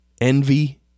envy